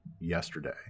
yesterday